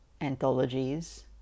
anthologies